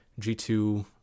G2